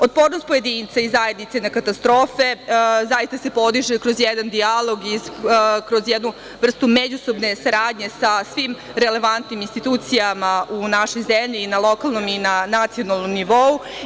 Otpornost pojedinca i zajednice na katastrofe zaista se podiže kroz jedan dijalog i kroz jednu vrstu međusobne saradnje sa svim relevantnim institucijama u našoj zemlji i na lokalnom i na nacionalnom nivou.